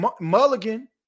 mulligan